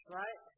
right